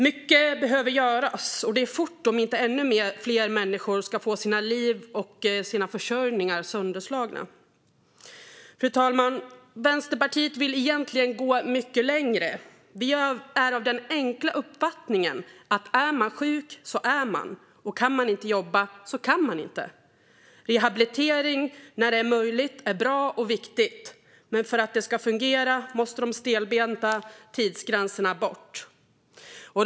Mycket behöver göras och det fort om inte ännu fler människor ska få sitt liv och sin försörjning sönderslagna. Fru talman! Vänsterpartiet vill egentligen gå mycket längre. Vi är av den enkla uppfattningen att är man sjuk så är man och kan man inte jobba så kan man inte det. Rehabilitering, när den är möjlig, är något bra och viktigt, men för att det ska fungera måste de stelbenta tidsgränserna tas bort.